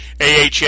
AHA